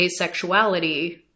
asexuality